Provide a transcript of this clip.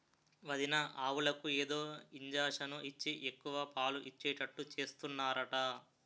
వదినా ఆవులకు ఏదో ఇంజషను ఇచ్చి ఎక్కువ పాలు ఇచ్చేటట్టు చేస్తున్నారట